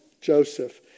Joseph